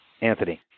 Anthony